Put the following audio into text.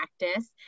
practice